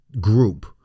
group